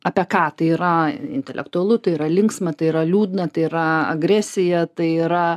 apie ką tai yra intelektualu tai yra linksma tai yra liūdna tai yra agresija tai yra